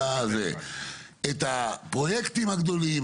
את הפרויקטים הגדולים,